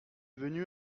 venu